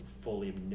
fully